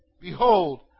Behold